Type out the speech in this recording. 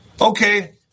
Okay